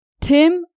Tim